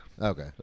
Okay